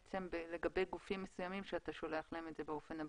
לגבי גופים מסוימים שאתה שולח להם את זה באופן הבא.